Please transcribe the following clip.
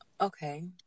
okay